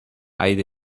hay